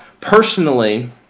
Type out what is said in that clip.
personally